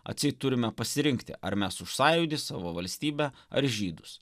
atseit turime pasirinkti ar mes už sąjūdį savo valstybę ar žydus